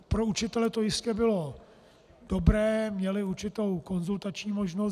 Pro učitele to jistě bylo dobré, měli určitou konzultační možnost.